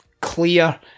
clear